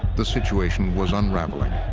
the situation was unraveling.